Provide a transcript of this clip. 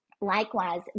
likewise